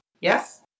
Yes